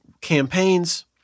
campaigns